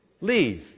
leave